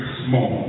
small